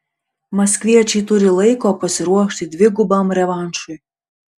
maskviečiai turi laiko pasiruošti dvigubam revanšui